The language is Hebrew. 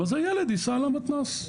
אז הילד ייסע למתנ"ס.